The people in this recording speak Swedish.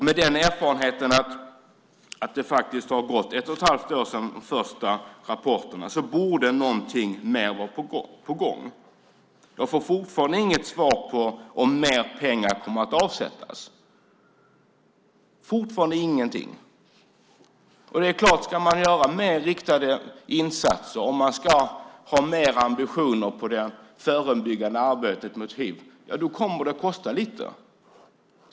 Med den erfarenheten att det faktiskt har gått ett och ett halvt år sedan de första rapporterna borde någonting mer vara på gång. Jag får fortfarande inget svar på om mer pengar kommer att avsättas - fortfarande ingenting. Och det är klart: Ska man göra mer riktade insatser och man ska ha större ambitioner i det förebyggande arbetet mot hiv, ja, då kommer det att kosta lite.